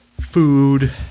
food